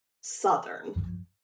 southern